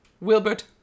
Wilbert